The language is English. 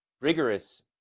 rigorous